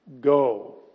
Go